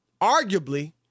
arguably